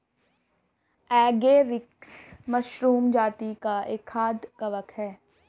agaricus mushroom जाती का एक खाद्य कवक है